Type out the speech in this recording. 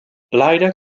leider